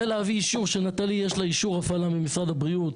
ולהביא אישור ש"נטלי" יש לה אישור הפעלה ממשרד הבריאות,